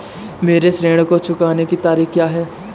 मेरे ऋण को चुकाने की तारीख़ क्या है?